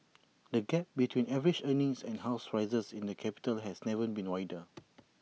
the gap between average earnings and house prices in the capital has never been wider